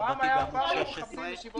פעם היו מכבדים את ישיבות המליאה וכו'.